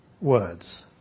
words